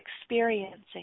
experiencing